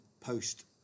post